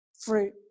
fruit